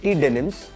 denims